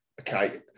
Okay